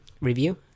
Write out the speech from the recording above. review